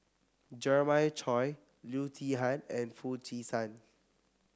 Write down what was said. Jeremiah Choy Loo Zihan and Foo Chee San